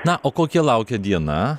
na o kokia laukia diena